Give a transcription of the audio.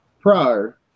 prior